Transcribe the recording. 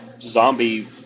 zombie